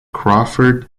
crawford